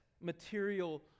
material